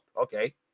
Okay